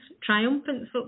triumphant